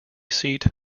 seat